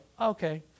okay